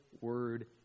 word